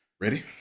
Ready